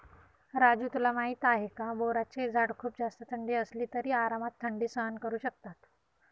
राजू तुला माहिती आहे का? बोराचे झाड खूप जास्त थंडी असली तरी आरामात थंडी सहन करू शकतात